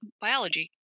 biology